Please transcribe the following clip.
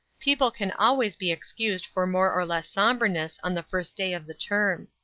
people can always be excused for more or less sombreness on the first day of the term.